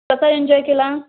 कसं एन्जॉय केला